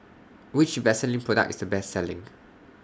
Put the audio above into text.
Which Vaselin Product IS The Best Selling